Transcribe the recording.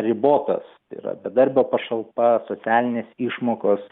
ribotas tai yra bedarbio pašalpa socialinės išmokos